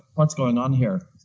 what's going on here?